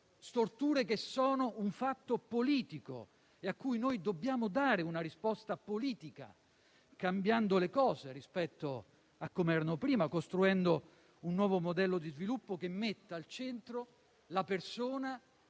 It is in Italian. Storture che sono un fatto politico, a cui dobbiamo dare una risposta politica, cambiando le cose rispetto a come erano prima, costruendo un nuovo modello di sviluppo che metta al centro la persona